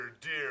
dear